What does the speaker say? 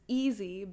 easy